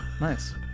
Nice